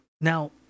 Now